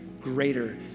greater